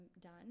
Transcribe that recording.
done